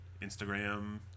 Instagram